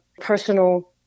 personal